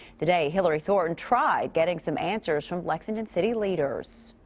today. hillary thornton tried getting some answers. from lexington city leaders.